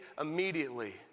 immediately